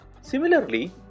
similarly